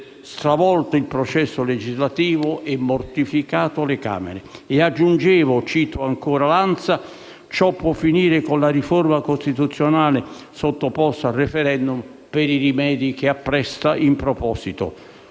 stravolto il processo legislativo e mortificato le Camere. E aggiungevo - cito ancora l'ANSA -: «Tutto questo può finire con la riforma costituzionale sottoposta al *referendum* per i rimedi che appresta in proposito.